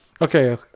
Okay